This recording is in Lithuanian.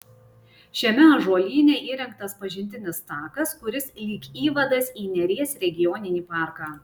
šiame ąžuolyne įrengtas pažintinis takas kuris lyg įvadas į neries regioninį parką